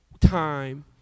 time